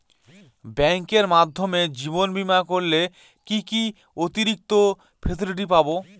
ব্যাংকের মাধ্যমে জীবন বীমা করলে কি কি অতিরিক্ত ফেসিলিটি পাব?